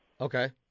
Okay